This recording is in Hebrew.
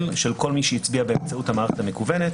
של כל מי שהצביע באמצעות המערכת המקוונת.